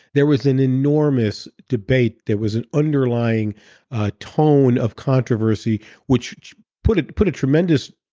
there was an enormous debate, there was an underlying tone of controversy which put put a tremendous